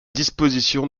disposition